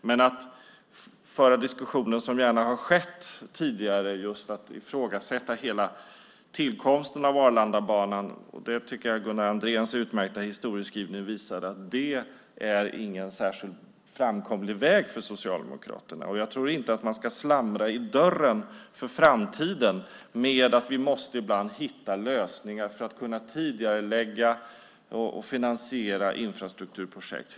Men att som tidigare i diskussionen ifrågasätta hela tillkomsten av Arlandabanan är ingen särskilt framkomlig väg för Socialdemokraterna. Det tycker jag att Gunnar Andréns utmärkta historieskrivning visade. Jag tror inte att man ska slamra i dörren för framtiden med att vi ibland måste hitta lösningar för att tidigarelägga och finansiera infrastrukturprojekt.